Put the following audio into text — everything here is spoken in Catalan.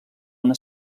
una